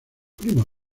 primo